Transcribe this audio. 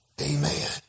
Amen